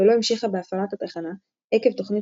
ולא המשיכה בהפעלת התחנה עקב תוכנית